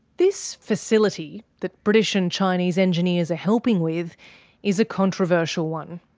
this facility that british and chinese engineers are helping with is a controversial one.